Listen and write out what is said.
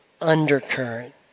undercurrent